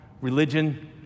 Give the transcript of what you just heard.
religion